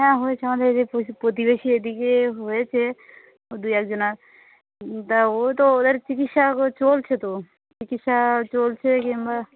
হ্যাঁ হয়েছে আমাদের এই যে প্রতিবেশী এদিকে হয়েছে দু একজনার তা ও তো ওদের চিকিৎসা ও চলছে তো চিকিৎসা চলছে কিংবা